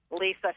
Lisa